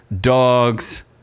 dogs